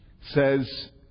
says